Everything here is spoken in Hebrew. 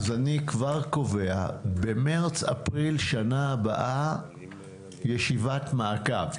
אז אני כבר קובע במרץ-אפריל שנה הבאה ישיבת מעקב.